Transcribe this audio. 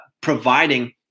providing